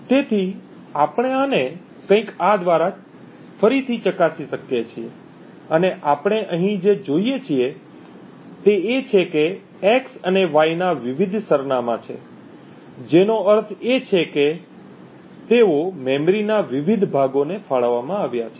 તેથી આપણે આને કંઈક આ દ્વારા ફરીથી ચકાસી શકીએ છીએ અને આપણે અહીં જે જોઈએ છીએ તે એ છે કે x અને y ના વિવિધ સરનામાં છે જેનો અર્થ એ કે તેઓ મેમરીના વિવિધ ભાગોને ફાળવવામાં આવ્યા છે